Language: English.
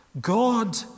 God